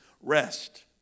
rest